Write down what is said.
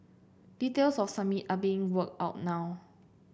details of summit are being worked out now